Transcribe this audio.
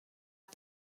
همه